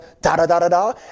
da-da-da-da-da